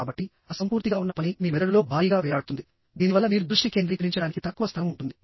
కాబట్టి అసంపూర్తిగా ఉన్న పని మీ మెదడులో భారీగా వేలాడుతుంది దీనివల్ల మీరు దృష్టి కేంద్రీకరించడానికి తక్కువ స్థలం ఉంటుంది